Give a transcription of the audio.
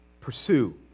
pursue